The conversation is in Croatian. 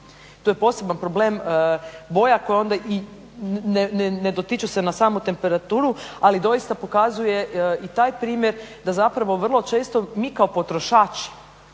Tu je poseban problem boja koja onda, ne dotiče se na samu temperaturu, ali doista pokazuje i taj primjer da zapravo vrlo često mi kao potrošači